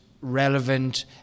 relevant